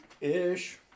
Ish